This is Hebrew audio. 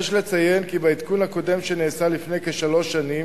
יש לציין כי בעדכון הקודם, שנעשה לפני כשלוש שנים,